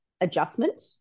adjustment